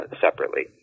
separately